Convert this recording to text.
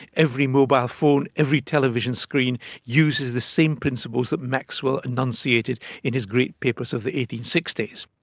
every mobile phone, every television screen uses the same principles that maxwell enunciated in his great papers of the eighteen sixty s.